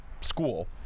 school